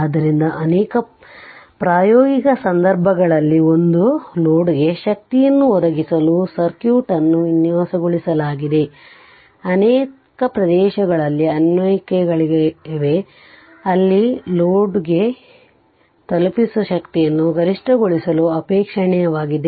ಆದ್ದರಿಂದ ಅನೇಕ ಪ್ರಾಯೋಗಿಕ ಸಂದರ್ಭಗಳಲ್ಲಿ ಒಂದು ಲೋಡ್ಗೆ ಶಕ್ತಿಯನ್ನು ಒದಗಿಸಲು ಸರ್ಕ್ಯೂಟ್ ಅನ್ನು ವಿನ್ಯಾಸಗೊಳಿಸಲಾಗಿದೆ ಅನೇಕ ಪ್ರದೇಶಗಳಲ್ಲಿ ಅನ್ವಯಿಕೆಗಳಿವೆ ಅಲ್ಲಿ ಲೋಡ್ಗೆ ತಲುಪಿಸುವ ಶಕ್ತಿಯನ್ನು ಗರಿಷ್ಠಗೊಳಿಸಲು ಅಪೇಕ್ಷಣೀಯವಾಗಿದೆ